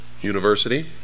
university